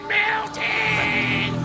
melting